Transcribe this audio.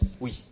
Oui